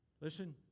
listen